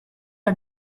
are